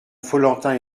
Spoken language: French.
follentin